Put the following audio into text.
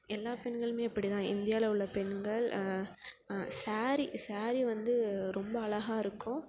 எல்லா பெண்களுமே இப்படி தான் இந்தியாவுல உள்ள பெண்கள் ஸாரி ஸாரி வந்து ரொம்ப அழகா இருக்கும்